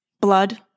blood